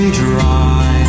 dry